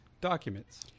documents